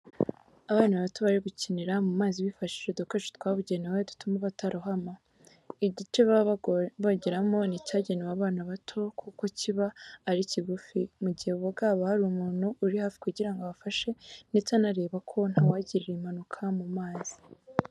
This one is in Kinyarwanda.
Abana bato bari gukinira mu mazi bifashishije udukoresho twabugenewe dutuma batarohama, igice baba bogeramo ni icyagenewe abana bato kuko kiba ari kigufi, mu gihe boga haba hari umuntu uri hafi kugira ngo abafashe ndetse anareba ko ntawagirira impanuka mu mazi.